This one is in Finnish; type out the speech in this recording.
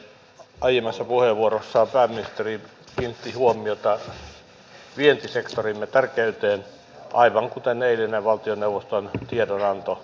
aiemmassa puheenvuorossaan pääministeri kiinnitti huomiota vientisektorimme tärkeyteen aivan kuten eilinen valtioneuvoston tiedonanto